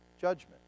judgment